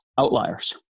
outliers